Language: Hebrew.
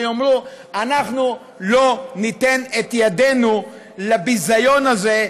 ויאמרו: אנחנו לא ניתן את ידנו לביזיון הזה,